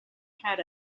had